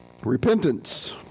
Repentance